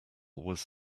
was